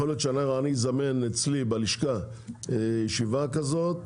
יכול להיות שאני אזמן אצלי בלשכה ישיבה כזאת,